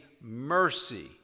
mercy